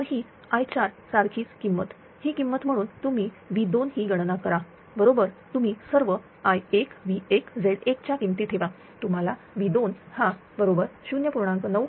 तर ही i4 सारखीच किंमत ही किंमत म्हणून तुम्ही V2 ही गणना करा बरोबर तुम्ही सर्व I1 V1 Z1च्या किमती ठेवा तुम्हाला V2 हा बरोबर 0